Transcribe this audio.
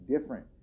different